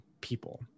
people